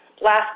Last